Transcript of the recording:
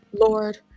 Lord